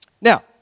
Now